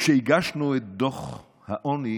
כשהגשנו את דוח העוני,